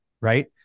Right